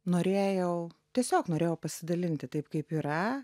norėjau tiesiog norėjau pasidalinti taip kaip yra